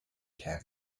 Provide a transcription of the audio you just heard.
can